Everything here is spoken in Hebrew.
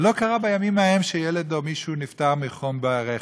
ולא קרה בימים ההם שילד או מישהו נפטר מחום ברכב.